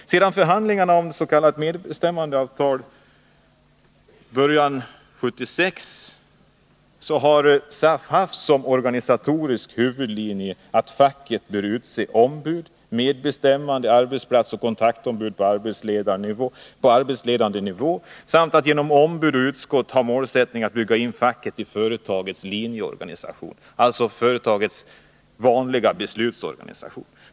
Sedan förhandlingarna om ett s.k. medbestämmandeavtal började på hösten 1976 har SAF som organisatorisk huvudlinje haft att facket bör utse ombud — medbestämmande-, arbetsplatseller kontaktombud på arbetsledarnivå — samt att man genom ombud och utskott skall ha målsättningen att bygga in facket i företagens linjeorganisation, alltså företagens vanliga beslutsorganisation.